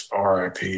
RIP